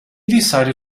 decided